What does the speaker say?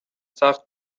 تخت